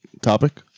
topic